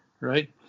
right